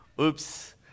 oops